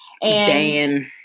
Dan